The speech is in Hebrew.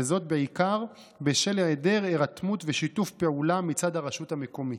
בעיקר בשל היעדר הירתמות ושיתוף פעולה מצד הרשות המקומית.